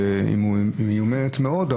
שהיא מיומנת מאוד,